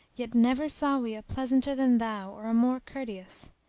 yet never saw we a pleasanter than thou or a more courteous.